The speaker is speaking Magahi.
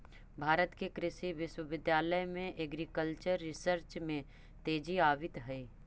भारत के कृषि विश्वविद्यालय में एग्रीकल्चरल रिसर्च में तेजी आवित हइ